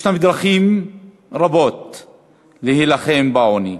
ישנן דרכים רבות להילחם בעוני.